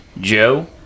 Joe